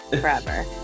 Forever